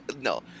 no